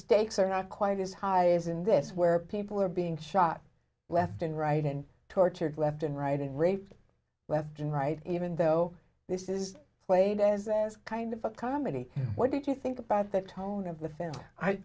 stakes are not quite as high as in this where people are being shot left and right and tortured left and right and raped left and right even though this is played as as kind of a comedy what did you think about the tone of the f